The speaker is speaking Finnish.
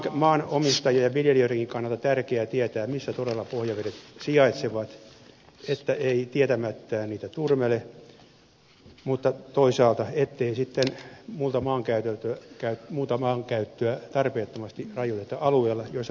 on maanomistajien ja viljelijöidenkin kannalta tärkeää tietää missä pohjavedet todella sijaitsevat että ei tietämättään niitä turmele mutta toisaalta on tärkeää ettei sitten muuta maankäyttöä tarpeettomasti rajoiteta alueella jolla pohjavettä ei ole